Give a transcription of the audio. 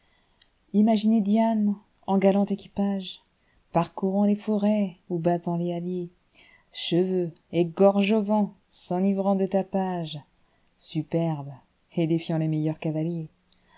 imaginez diane en galant équipage parcourant les forêts ou battant les halliers cheveux et gorge au vent s'enivrant de tapage superbe et défiant les meilleurs cavaliers